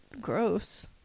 gross